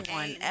one